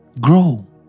Grow